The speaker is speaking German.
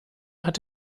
hat